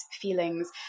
feelings